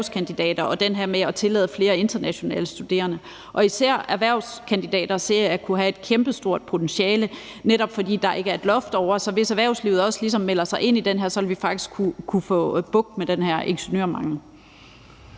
og det her med at tillade flere internationale studerende. Især erhvervskandidater ser jeg kunne have et kæmpestort potentiale, netop fordi der ikke er et loft over det. Så hvis erhvervslivet også ligesom melder sig ind i det her, vil vi faktisk kunne få bugt med den her ingeniørmangel.